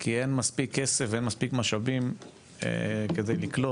כי אין מספיק כסף ואין מספיק משאבים כדי לקלוט.